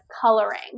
coloring